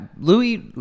louis